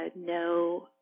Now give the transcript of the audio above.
no